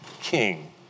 king